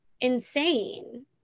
insane